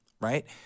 right